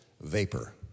vapor